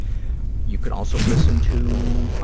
you could also listen to